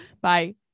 Bye